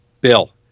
Bill